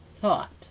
thought